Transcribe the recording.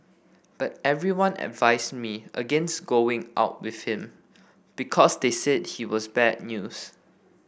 but everyone advised me against going out with him because they said he was bad news